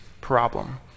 problem